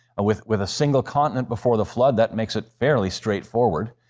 with with a single continent before the flood that makes it fairly straightforward.